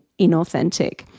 inauthentic